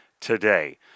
today